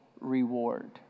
reward